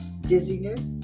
dizziness